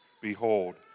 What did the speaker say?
Behold